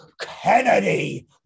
Kennedy